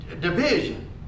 division